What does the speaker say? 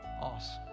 Awesome